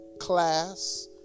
class